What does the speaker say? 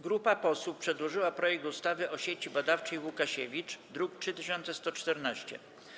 Grupa posłów przedłożyła projekt ustawy o Sieci Badawczej Łukasiewicz, druk nr 3114.